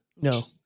No